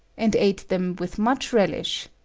and ate them with much relish.